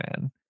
man